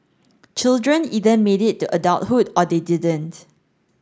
children either made it to adulthood or they didn't